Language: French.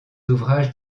ouvrages